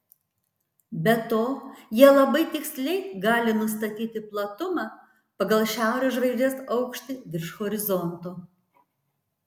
be to jie labai tiksliai gali nustatyti platumą pagal šiaurės žvaigždės aukštį virš horizonto